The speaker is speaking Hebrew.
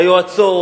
מהיועצות,